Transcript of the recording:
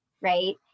right